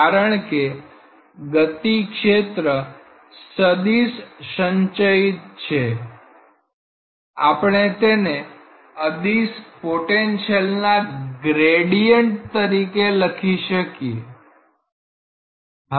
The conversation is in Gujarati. કારણ કે ગતિ ક્ષેત્ર સદીશ સંચયિત છે આપણે તેને અદિશ પોટેન્શિયલના ગ્રેડીઅન્ટ તરીકે લખી શકીએ